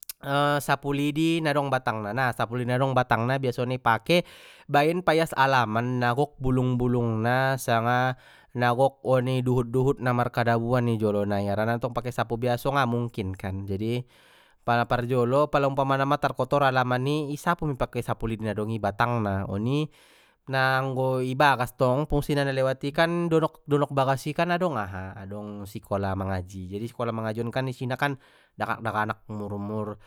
sapulidi na dong batang na sapu lidi nadong batang na biasona i pake baen paias alaman na gok bulung bulung na sanga na gok oni duhut duhutna na markadabuan i jolo nai harana tong pake sapu biaso nga mungkin kan jadi pala parjolo pala umpamana ma tarkotor alaman i isapu mei pake sapu lidi na dong i batang na oni, na anggo i bagas tong fungsina na lewati kan donok bagas i adong aha adong sikola mangaji jadi sikola mangaji on kan isina kan daganak daganak umur umur.